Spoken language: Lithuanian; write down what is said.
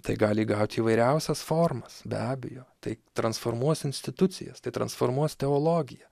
tai gali įgaut įvairiausias formas be abejo tai transformuos institucijas tai transformuos teologiją